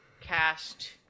cast